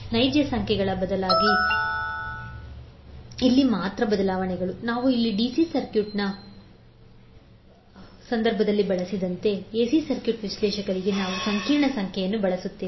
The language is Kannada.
ನೈಜ ಸಂಖ್ಯೆಗಳ ಬದಲಾಗಿ ಇಲ್ಲಿ ಮಾತ್ರ ಬದಲಾವಣೆಗಳು ನಾವು ಇಲ್ಲಿ ಡಿಸಿ ಸರ್ಕ್ಯೂಟ್ನ ಸಂದರ್ಭದಲ್ಲಿ ಬಳಸಿದಂತೆ ಎಸಿ ಸರ್ಕ್ಯೂಟ್ ವಿಶ್ಲೇಷಕರಿಗೆ ನಾವು ಸಂಕೀರ್ಣ ಸಂಖ್ಯೆಗಳನ್ನು ಬಳಸುತ್ತೇವೆ